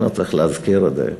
ולא צריך להזכיר את זה,